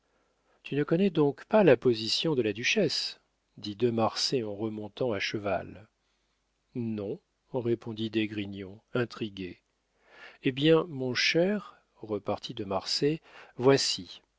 tu ne connais donc pas la position de la duchesse dit de marsay en remontant à cheval non répondit d'esgrignon intrigué hé bien mon cher repartit de marsay voici